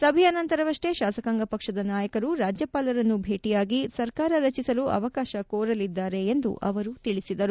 ಸಭೆಯ ನಂತರವಷ್ಷೇ ಶಾಸಕಾಂಗ ಪಕ್ಷದ ನಾಯಕರು ರಾಜ್ಲಪಾಲರನ್ನು ಭೇಟಿಯಾಗಿ ಸರ್ಕಾರ ರಚಿಸಲು ಅವಕಾಶ ಕೋರಲಿದ್ದಾರೆ ಎಂದು ಅವರು ತಿಳಿಸಿದರು